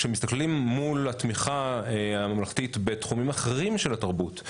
כשמסתכלים מול התמיכה הממלכתית בתחומים אחרים של התרבות,